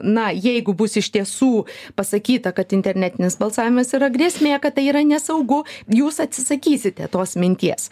na jeigu bus iš tiesų pasakyta kad internetinis balsavimas yra grėsmė kad tai yra nesaugu jūs atsisakysite tos minties